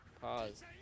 Pause